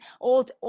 old